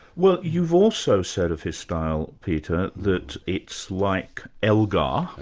well, you've also said of his style, peter, that it's like elgar,